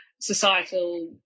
societal